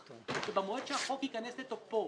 במועד שהחוק ייכנס לתוקפו,